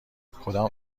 کدام